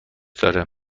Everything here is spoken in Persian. داره